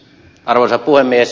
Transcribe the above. arvoisa puhemies